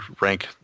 rank